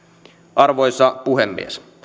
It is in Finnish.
arvoisa puhemies